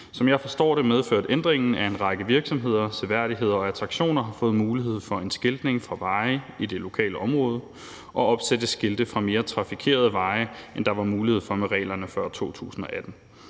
Som jeg forstår det, medførte ændringerne, at en række virksomheder, seværdigheder og attraktioner har fået flere muligheder for skiltning fra veje i det lokale område og for at opsætte skilte fra mere trafikerede veje, end der var med reglerne fra før 2018.